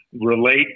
relate